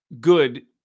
good